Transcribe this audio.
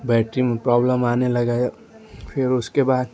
battery में problem आने लगे फिर उसके बाद